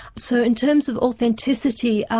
so in terms of authenticity,